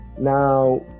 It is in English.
Now